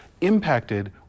impacted